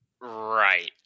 right